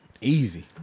Easy